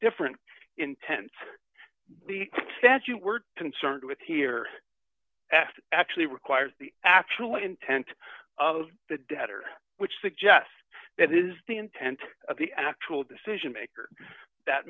different intent that you were concerned with here at actually requires the actual intent of the debtor which suggests that is the intent of the actual decision maker that